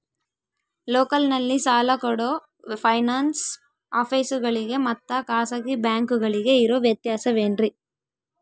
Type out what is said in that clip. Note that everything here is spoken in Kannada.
ಲೋಕಲ್ನಲ್ಲಿ ಸಾಲ ಕೊಡೋ ಫೈನಾನ್ಸ್ ಆಫೇಸುಗಳಿಗೆ ಮತ್ತಾ ಖಾಸಗಿ ಬ್ಯಾಂಕುಗಳಿಗೆ ಇರೋ ವ್ಯತ್ಯಾಸವೇನ್ರಿ?